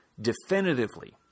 definitively